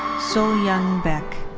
seolyoung baek.